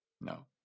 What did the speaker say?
No